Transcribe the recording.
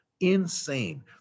Insane